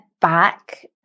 back